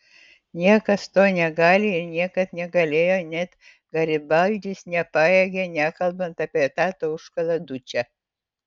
niekas to negali ir niekad negalėjo net garibaldis nepajėgė nekalbant apie tą tauškalą dučę